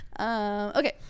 Okay